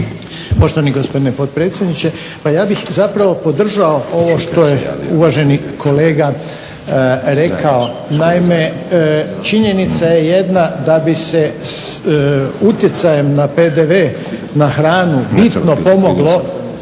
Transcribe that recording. Poštovani gospodine potpredsjedniče, pa ja bih zapravo podržao ovo što je uvaženi kolega rekao. Naime, činjenica je jedan da bi se utjecajem na PDV na hranu bitno pomoglo